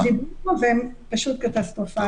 דיברו עליהם פה והם פשוט קטסטרופליים.